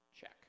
Check